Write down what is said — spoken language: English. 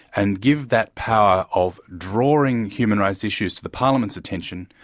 and give that power of drawing human rights issues to the parliament's attention,